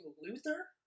Luther